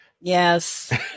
Yes